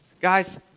guys